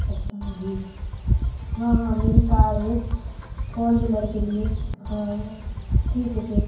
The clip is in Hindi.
अच्छा जी हाँ हाँ मेरी कार है फ़ौर व्हीलर के लिए हाँ ठीक है फिर